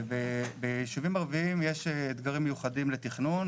בישובים ערביים יש אתגרים מיוחדים לתכנון,